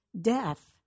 death